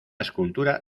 escultura